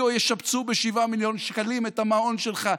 או ישפצו ב-7 מיליון שקלים את המעון שלך?